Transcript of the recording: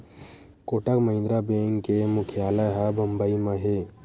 Kotak Mahindra bank के मुख्यालय ह बंबई म हे